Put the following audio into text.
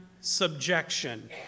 subjection